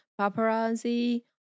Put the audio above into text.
paparazzi